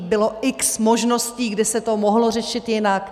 Bylo x možností, kde se to mohlo řešit jinak.